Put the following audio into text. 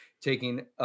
taking